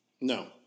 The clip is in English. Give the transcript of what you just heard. No